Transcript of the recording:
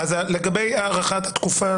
לגבי הארכת התקופה.